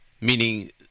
Meaning